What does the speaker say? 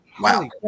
wow